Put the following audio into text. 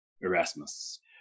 Erasmus